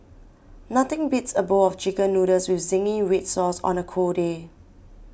nothing beats a bowl of Chicken Noodles with Zingy Red Sauce on a cold day